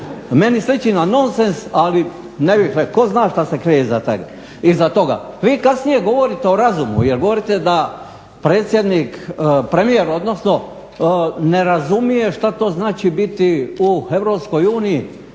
Meni sliči na nonsens ali tko zna što se krije iza toga. Vi kasnije govorite o razumu jer govorite da premijer ne razumije što to znači biti u EU.